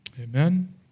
amen